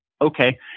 Okay